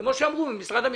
כמו שאמרו במשרד המשפטים.